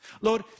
Lord